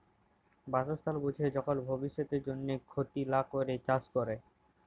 বাসস্থাল বুঝে যখল ভব্যিষতের জন্হে ক্ষতি লা ক্যরে চাস ক্যরা